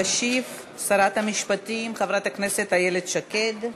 תשיב שרת המשפטים חברת הכנסת איילת שקד.